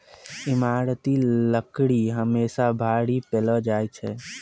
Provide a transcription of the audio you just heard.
ईमारती लकड़ी हमेसा भारी पैलो जा छै